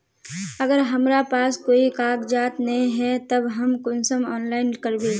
अगर हमरा पास कोई कागजात नय है तब हम कुंसम ऑनलाइन करबे?